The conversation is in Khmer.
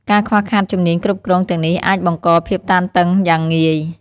ការខ្វះខាតជំនាញគ្រប់គ្រងទាំងនេះអាចបង្កភាពតានតឹងយ៉ាងងាយ។